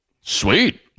Sweet